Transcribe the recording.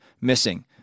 missing